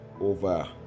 over